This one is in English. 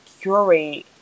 curate